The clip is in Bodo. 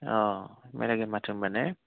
अ मिलायगोन माथो होमब्ला ने